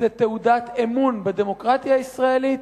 זו תעודת אמון בדמוקרטיה הישראלית.